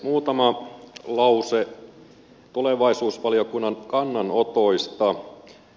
muutama lause tulevaisuusvaliokunnan kannanotoista